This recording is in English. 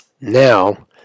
Now